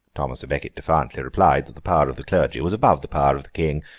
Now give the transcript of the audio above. thomas a becket defiantly replied, that the power of the clergy was above the power of the king.